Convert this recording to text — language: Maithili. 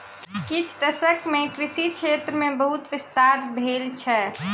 किछ दशक मे कृषि क्षेत्र मे बहुत विस्तार भेल छै